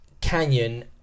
canyon